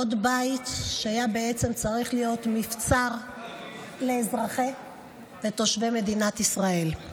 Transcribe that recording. עוד בית שבעצם היה צריך להיות מבצר לאזרחי ותושבי מדינת ישראל.